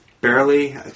barely